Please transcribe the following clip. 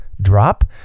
drop